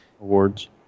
awards